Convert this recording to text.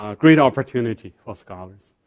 ah great opportunity for scholars.